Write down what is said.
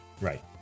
right